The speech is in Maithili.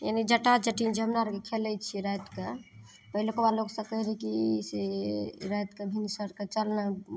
एनी जटा जटिन जे हमरा अरके खेलय छियै राति कऽ पहिलुकवा लोक सब कहय रहय की से रातिकऽ भिनसर कऽ चल ने